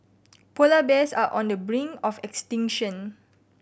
polar bears are on the brink of extinction